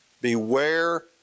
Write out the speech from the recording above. Beware